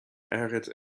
arid